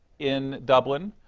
in dublin,